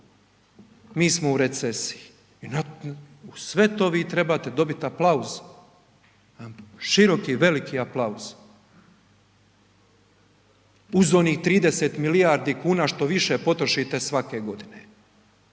mi smo u recesiji i uz sve to vi trebate dobit aplauz, široki veliki aplauz uz onih 30 milijardi kuna što više potrošite svake godine,